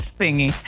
thingy